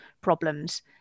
problems